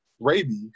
rabies